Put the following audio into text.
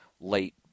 late